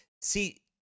See